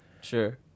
Sure